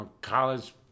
college